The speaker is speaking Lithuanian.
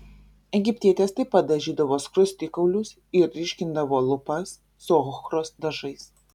egiptietės taip pat dažydavo skruostikaulius ir ryškindavo lūpas su ochros dažais